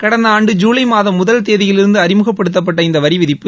கடந்த ஆண்டு ஜுலை மாதம் முதல் தேதியிலிருந்து அறிமுகப்படுத்தப்பட்ட இந்த வரி விதிப்பு